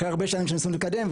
אחרי הרבה שנים שניסינו לקדם,